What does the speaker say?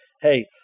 hey